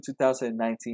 2019